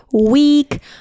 week